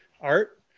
art